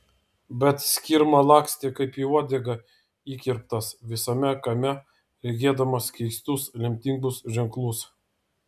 bet skirma lakstė kaip į uodegą įkirptas visame kame regėdamas keistus lemtingus ženklus